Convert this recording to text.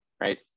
right